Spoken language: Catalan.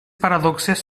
paradoxes